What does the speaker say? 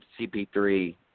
CP3